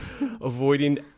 avoiding